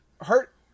hurt